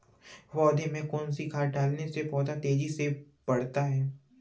पौधे में कौन सी खाद डालने से पौधा तेजी से बढ़ता है?